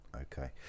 okay